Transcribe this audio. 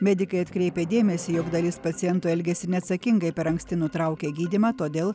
medikai atkreipia dėmesį jog dalis pacientų elgiasi neatsakingai per anksti nutraukia gydymą todėl